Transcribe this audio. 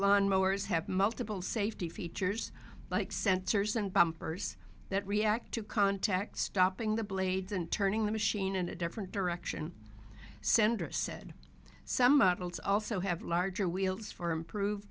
lawnmowers have multiple safety features like sensors and bumpers that react to contact stopping the blades and turning the machine in a different direction sandra said some models also have larger wheels for improve